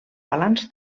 balanç